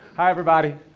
hi everybody.